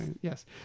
Yes